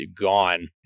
gone